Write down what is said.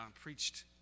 preached